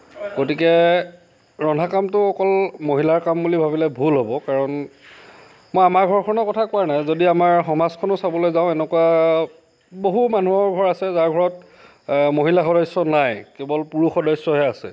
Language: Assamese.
গতিকে ৰন্ধা কামটো অকল মহিলাৰ কাম বুলি ভাবিলে ভুল হ'ব কাৰণ মই আমাৰ ঘৰখনৰ কথা কোৱা নাই যদি সমাজখনো চাবলৈ যাওঁ এনেকুৱা বহু মানুহ আছে যাৰ ঘৰত মহিলা সদস্য নাই কেৱল পুৰুষ সদস্যহে আছে